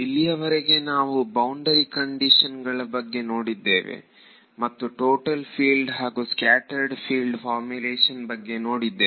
ಇಲ್ಲಿಯವರೆಗೆ ನಾವು boundary condition ಗಳ ಬಗ್ಗೆ ನೋಡಿದ್ದೇವೆ ಮತ್ತು ಟೋಟಲ್ ಫೀಲ್ಡ್ ಹಾಗೂ ಸ್ಕ್ಯಾಟರೆಡ್ ಫೀಲ್ಡ್ ಫಾರ್ಮ್ಯುಲೆಷನ್ ಬಗ್ಗೆ ನೋಡಿದ್ದೇವೆ